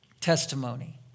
testimony